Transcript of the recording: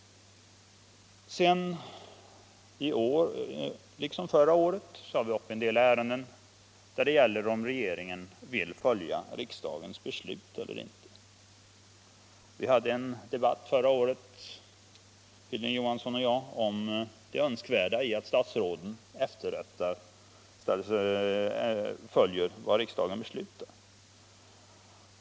I år liksom förra året tar vi upp en del ärenden som gäller huruvida regeringen följer riksdagens beslut eller ej. Hilding Johansson och jag hade en debatt förra året om det önskvärda i att statsråden följer vad riksdagen beslutar.